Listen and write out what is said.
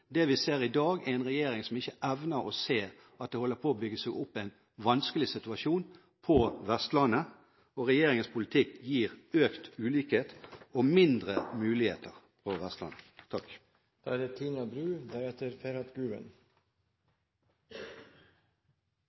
Det vi ser i dag, er en regjering som ikke evner å se at det holder på å bygge seg opp en vanskelig situasjon på Vestlandet, og regjeringens politikk gir økt ulikhet og mindre muligheter på Vestlandet.